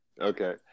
Okay